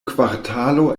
kvartalo